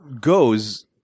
goes